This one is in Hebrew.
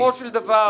בסופו של דבר,